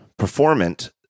performant